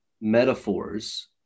metaphors